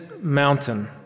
mountain